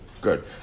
Good